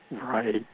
Right